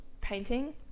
painting